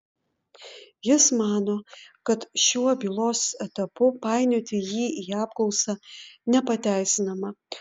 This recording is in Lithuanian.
jis mano kad šiuo bylos etapu painioti jį į apklausą nepateisinama